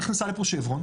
היום נכנסה לפה שברון,